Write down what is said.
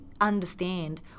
understand